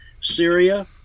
Syria